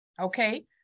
okay